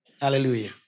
Hallelujah